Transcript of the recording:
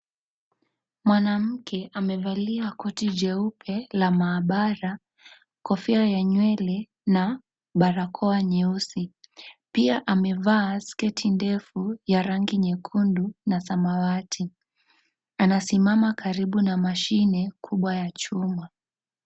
Mwanamke amevalia koti jeupe la mahabara kofia ya nywele na barakoa nyeusi pia amevaa sketi ndefu ya rangi nyekundu na samawati anasimama karibu na mashine kubwa ya chuma.